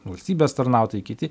valstybės tarnautojai kiti